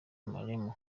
moreno